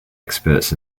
experts